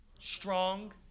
strong